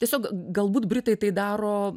tiesiog galbūt britai tai daro